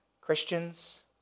Christians